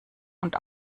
und